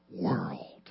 world